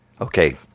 Okay